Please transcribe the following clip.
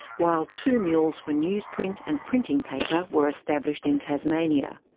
while two mills for newsprint and printing paper were established in tasmania.